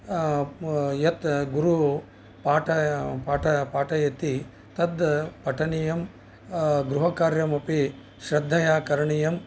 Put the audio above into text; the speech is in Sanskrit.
यत् गुरुः पाठय पाठ पाठयति तत् पठनीयं गृहकार्यम् अपि श्रद्धया करणीयं